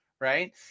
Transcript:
right